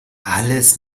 alles